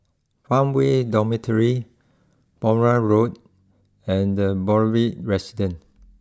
Farmway Dormitory Balmoral Road and Boulevard Residence